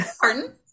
pardon